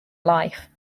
life